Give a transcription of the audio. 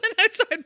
outside